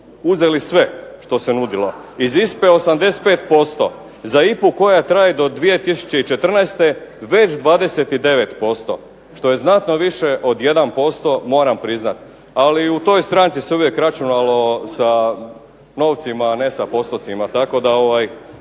uzeli sve što se nudilo, iz ISPA-e 85%, za IPA-u koja traje do 2014. već 29% što je znatno više od 1% moram priznat. Ali u toj stranci se uvijek računalo sa novcima, a ne sa postotcima tako da